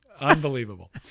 unbelievable